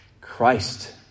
Christ